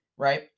right